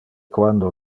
quando